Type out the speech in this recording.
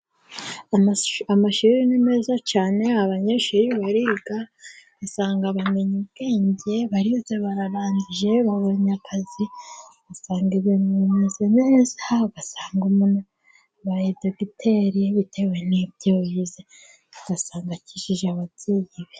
Amashuri ni meza cyane, abanyeshuri bariga ugasanga bamenya ubwenge barize bararangije babonye akazi, ugasanga ibintu bimeze neza, ugasanga umuntu abaye dogiteri bitewe n'ibyo yize, ugasanga akishije ababyeyi be.